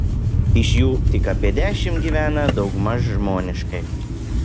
iš jų tik apie dešimt gyvena daugmaž žmoniškai